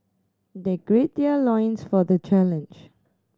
they gird their loins for the challenge